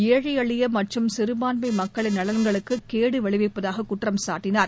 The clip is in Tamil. ஏழை எளிய மற்றும் சிறுபான்மை மக்களின் நலன்களுக்கு கேடு விளைவிப்பதாக குற்றம் சாட்டினார்